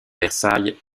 versailles